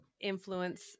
influence